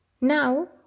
Now